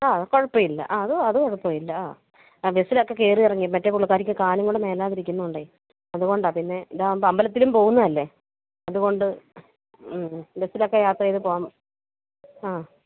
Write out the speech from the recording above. ആ കുഴപ്പമില്ല ആ അത് അത് കുഴപ്പമില്ല ആ ആ ബസ്സിലൊക്കെ കയറി ഇറങ്ങി മറ്റേ പുള്ളിക്കാരിക്ക് കാലും കൊണ്ട് മേലാതിരിക്കുന്നതുകൊണ്ടേ അതുകൊണ്ടാണ് പിന്നെ ഇതാകുമ്പോൾ അമ്പലത്തിലും പോകുന്നതല്ലേ അതുകൊണ്ട് ബസ്സിലൊക്കെ യാത്ര ചെയ്ത് പോകാൻ ആ